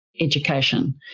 education